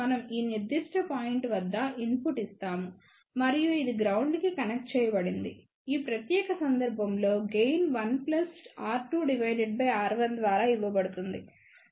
మనం ఈ నిర్దిష్ట పాయింట్ వద్ద ఇన్పుట్ ఇస్తాము మరియు ఇది గ్రౌండ్ కి కనెక్ట్ చేయబడింది ఈ ప్రత్యేక సందర్భంలో గెయిన్ 1 R2R1 ద్వారా ఇవ్వబడుతుంది